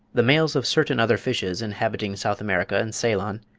the males of certain other fishes inhabiting south america and ceylon,